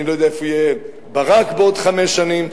אני לא יודע איפה יהיה ברק בעוד חמש שנים,